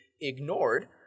ignored